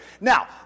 Now